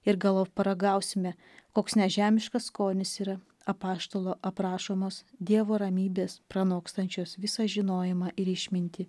ir galop paragausime koks nežemiškas skonis yra apaštalo aprašomos dievo ramybės pranokstančios visą žinojimą ir išmintį